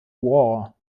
war